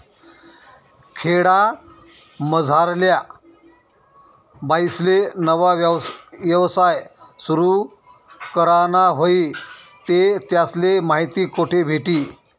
खेडामझारल्या बाईसले नवा यवसाय सुरु कराना व्हयी ते त्यासले माहिती कोठे भेटी?